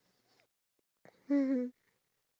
to like let people know that